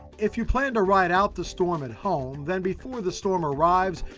if you plan to ride out the storm at home, then before the storm arrives,